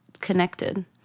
connected